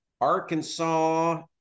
Arkansas